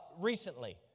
recently